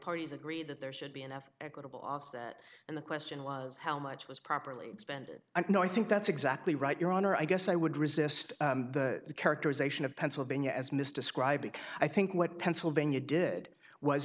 parties agree that there should be enough equitable and the question was how much was properly expended and no i think that's exactly right your honor i guess i would resist the characterization of pennsylvania as miss describe because i think what pennsylvania did was